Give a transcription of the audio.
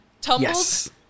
Tumbles